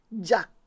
Jack